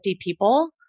people